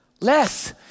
Less